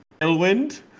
tailwind